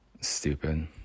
Stupid